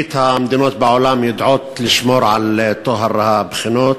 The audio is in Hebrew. מרבית המדינות בעולם יודעות לשמור על טוהר הבחינות,